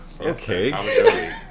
okay